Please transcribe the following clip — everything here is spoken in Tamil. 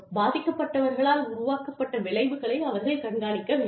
பாதிக்கப்பட்டவர்களால் உருவாக்கப்பட்ட விளைவுகளை அவர்கள் கண்காணிக்க வேண்டும்